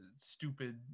stupid